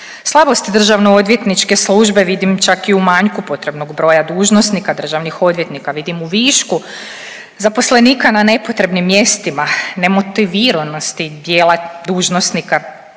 Slabosti državno odvjetničke službe vidim čak i u manjku potrebnog broja dužnosnika, državnih odvjetnika, vidim u višku zaposlenika na nepotrebnim mjestima, nemotiviranosti djela dužnosnika